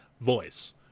voice